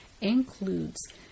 includes